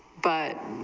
but